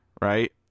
right